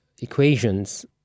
equations